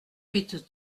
huit